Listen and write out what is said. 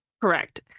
Correct